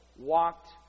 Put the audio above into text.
Walked